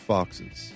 Foxes